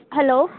hello